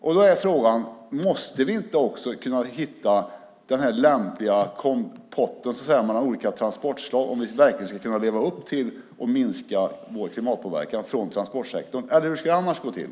Jag vill därför fråga: Måste vi inte också kunna hitta en lämplig kompott med olika transportslag för att verkligen kunna leva upp till en minskad klimatpåverkan från transportsektorn? Eller hur ska det annars gå till?